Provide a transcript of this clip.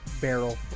barrel